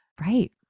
Right